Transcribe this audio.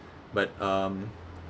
but um